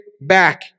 back